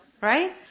Right